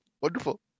wonderful